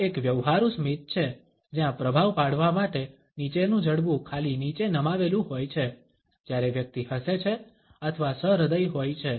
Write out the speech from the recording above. આ એક વ્યવહારુ સ્મિત છે જ્યાં પ્રભાવ પાડવા માટે નીચેનું જડબુ ખાલી નીચે નમાવેલુ હોય છે જ્યારે વ્યક્તિ હસે છે અથવા સહ્રદય હોય છે